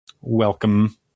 Welcome